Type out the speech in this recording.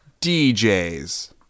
DJs